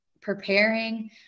preparing